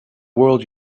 world